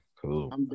Cool